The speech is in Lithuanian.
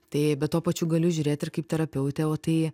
tai bet tuo pačiu galiu žiūrėt ir kaip terapeutė o tai